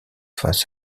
face